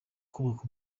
kubaka